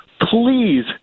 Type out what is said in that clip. Please